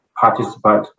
participate